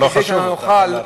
לא חשוב, תוכל להרחיב.